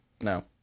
no